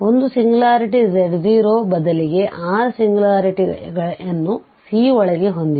ಒಂದು singularity z0 ಬದಲಿಗೆ r ಸಿಂಗ್ಯುಲಾರಿಟಿಯನ್ನು C ಒಳಗೆ ಹೊಂದಿದೆ